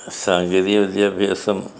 സാങ്കേതിക വിദ്യാഭ്യാസം